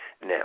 Now